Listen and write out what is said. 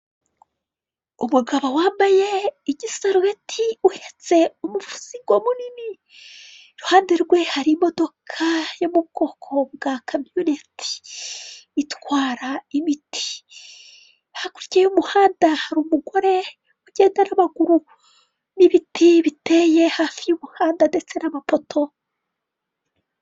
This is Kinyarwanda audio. Aha ni mu muhanda. Harimo imodoka nini ya bisi, itwarira abantu hamwe na ritiko. Hariho n'umugenzi utwaye umuzigo uremereye cyane. Arimo aragenda mu cyerekezo kimwe n'imodoka ya bisi. Hakurya y'umuhanda hari ibiti birebire.